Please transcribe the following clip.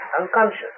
unconscious